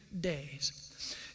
days